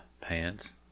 pants